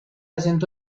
asentó